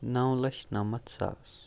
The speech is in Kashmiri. نَو لَچھ نَمَتھ ساس